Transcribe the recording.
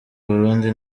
burundi